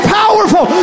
powerful